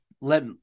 Let